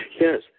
Yes